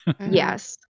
Yes